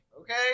Okay